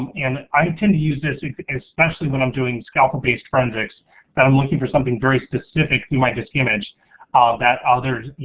and i tend to use this, especially when i'm doing scalpel-based forensics that i'm looking for something very specific through my disk image ah that others,